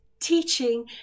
teaching